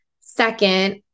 Second